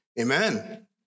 Amen